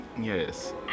Yes